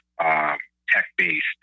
tech-based